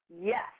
Yes